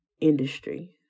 Industry